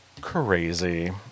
crazy